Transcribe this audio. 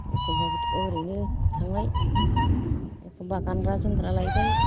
एखम्बाबोथ' ओरैनो थांनाय एखम्बा गानग्रा जोमग्रा लायबाय